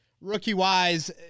rookie-wise